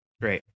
Great